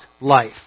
life